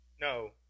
No